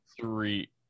three